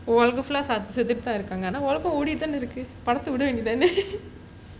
deepavali க்கு வருதா:kku varutha